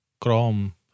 Chrome